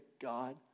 God